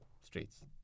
streets